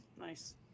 Nice